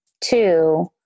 two